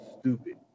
stupid